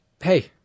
Hey